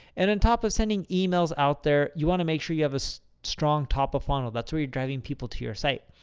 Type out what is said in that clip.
and on and top of sending emails out there, you want to make sure you have a so strong top of funnel. that's where you're driving people to your site.